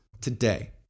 today